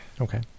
Okay